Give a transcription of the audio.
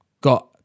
got